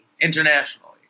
Internationally